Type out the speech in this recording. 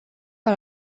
par